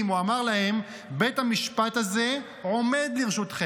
הוא אמר להם: בית המשפט הזה עומד לרשותכם,